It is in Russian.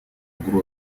угрозу